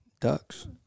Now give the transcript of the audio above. ducks